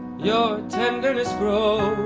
your tenderness grows.